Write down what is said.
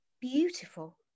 beautiful